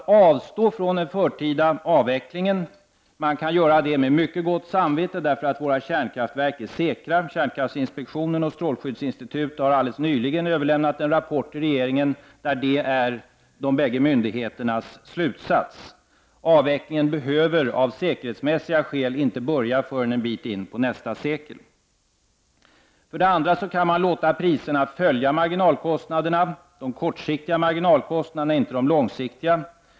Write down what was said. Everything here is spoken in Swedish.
Man kan för det första med mycket gott samvete avstå från den första avvecklingen, eftersom våra kärnkraftverk är säkra. Kärnkraftinspektionen och strålskyddsinstitutet har alldeles nyligen överlämnat en rapport till regeringen där detta är de bägge myndigheternas slutsats. Avvecklingen behöver av säkerhetsmässiga skäl inte börja förrän en bit in på nästa sekel. För det andra kan man låta priserna följa marginalkostnaderna — de kortsiktiga marginalkostnaderna, inte de långsiktiga.